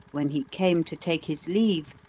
when he came to take his leave,